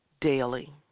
daily